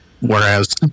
Whereas